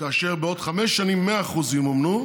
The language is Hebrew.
ושבעוד חמש שנים 100% ימומנו.